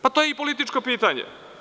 Pa to je i političko pitanje.